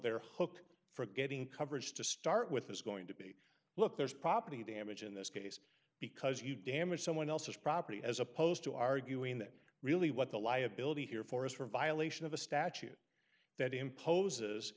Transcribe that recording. their huck for getting coverage to start with is going to be look there's property damage in this case because you damage someone else's property as opposed to arguing that really what the liability here for is for violation of a statute that imposes